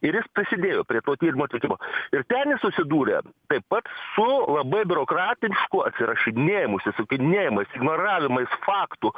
ir prisidėjo prie to tyrimo atlikimo ir ten jis susidūrė kaip pats su labai biurokratišku atsirašinėjimu išsisukinėjimais ignoravimais faktų